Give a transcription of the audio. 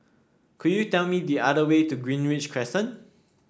could you tell me the other way to Greenridge Crescent